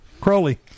Crowley